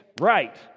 right